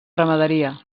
ramaderia